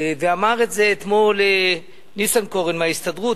אמר את זה אתמול ניסנקורן מההסתדרות.